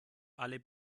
alle